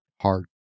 hard